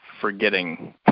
forgetting